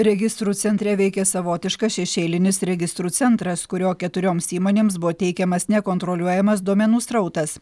registrų centre veikė savotiškas šešėlinis registrų centras kurio keturioms įmonėms buvo teikiamas nekontroliuojamas duomenų srautas